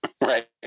right